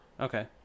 Okay